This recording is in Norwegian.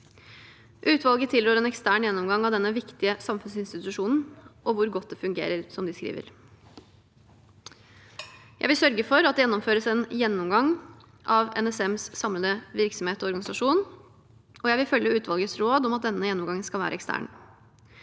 Utvalget tilrår en ekstern gjennomgang av denne viktige samfunnsinstitusjonen og «hvor godt den fungerer», som de skriver. Jeg vil sørge for at det gjennomføres en gjennomgang av NSMs samlede virksomhet og organisasjon, og jeg vil følge utvalgets råd om at denne gjennomgangen skal være ekstern.